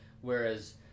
whereas